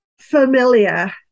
familiar